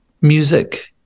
music